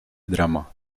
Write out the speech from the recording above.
drama